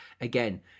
again